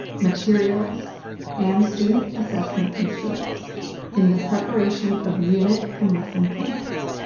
materials and student-assessment instruments in the preparation of unit and lesson plans.